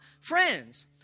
friends